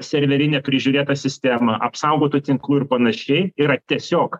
serverine prižiūrėta sistema apsaugotu tinklu ir panašiai yra tiesiog